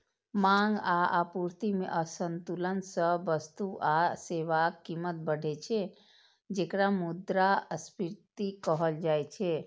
मांग आ आपूर्ति मे असंतुलन सं वस्तु आ सेवाक कीमत बढ़ै छै, जेकरा मुद्रास्फीति कहल जाइ छै